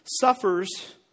suffers